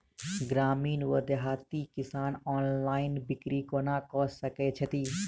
ग्रामीण वा देहाती किसान ऑनलाइन बिक्री कोना कऽ सकै छैथि?